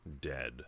dead